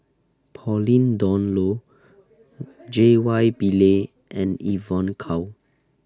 Pauline Dawn Loh J Y Pillay and Evon Kow